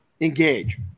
engage